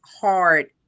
hard